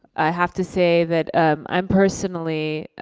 i have to say that i'm personally,